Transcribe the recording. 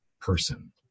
person